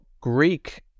Greek